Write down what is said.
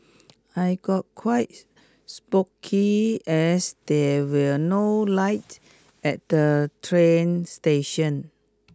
I got quite spooky as there were no lights at the train station